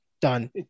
Done